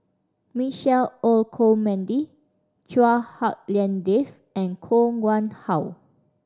Michael Olcomendy Chua Hak Lien Dave and Koh Nguang How